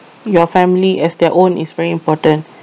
your family as their own is very important